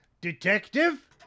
Detective